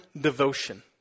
devotion